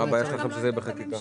מה הבעיה שלכם שזה יהיה בחקיקה?